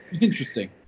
Interesting